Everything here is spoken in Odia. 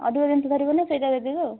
ଅଧିକ ଜିନିଷ ଧରିବ ନା ସେଇଟା ଦେଇ ଦେବେ ଆଉ